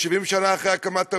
70 שנה אחרי הקמת המדינה,